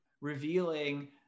revealing